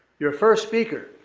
your first speaker,